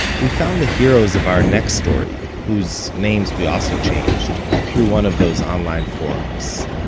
we found the heroes of our next story, whose names we also changed, through one of those online forums.